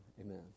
Amen